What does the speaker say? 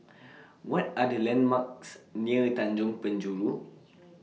What Are The landmarks near Tanjong Penjuru